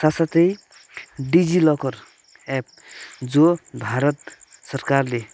साथ साथै DigiLocker app जो भारत सरकारले